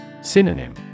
Synonym